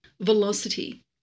Velocity